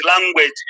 language